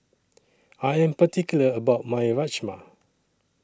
I Am particular about My Rajma